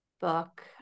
book